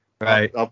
Right